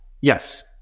Yes